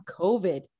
COVID